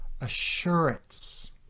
assurance